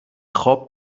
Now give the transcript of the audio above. خواب